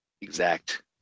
exact